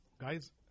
Guys